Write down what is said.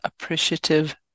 appreciative